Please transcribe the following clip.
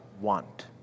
want